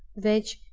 which,